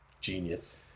genius